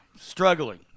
Struggling